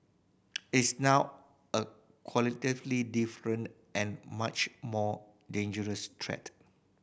it's now a qualitatively different and much more dangerous threat